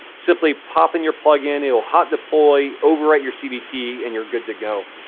simply pop in your plugin. it'll hot deploy, overwrite your cdt, and you're good to go.